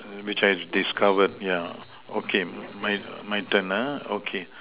which has discovered yeah okay my my turn uh okay